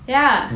ya